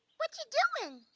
what ya doing?